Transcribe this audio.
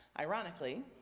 Ironically